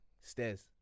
stairs